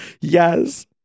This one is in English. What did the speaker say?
yes